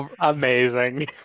amazing